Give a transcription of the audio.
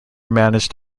managed